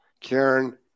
karen